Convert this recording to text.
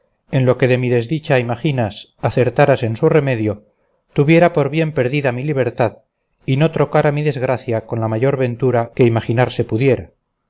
en lo que de mi desdicha imaginas acertaras en su remedio tuviera por bien perdida mi libertad y no trocara mi desgracia con la mayor ventura que imaginarse pudiera